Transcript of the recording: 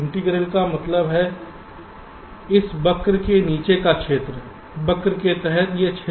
integral का मतलब है इस वक्र के नीचे का क्षेत्र वक्र के तहत यह कुल क्षेत्र